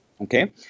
okay